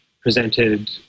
presented